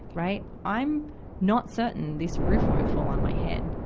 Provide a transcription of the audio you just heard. right. i'm not certain this roof won't fall on my head.